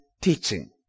teaching